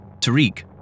Tariq